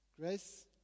Grace